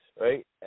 right